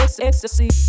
ecstasy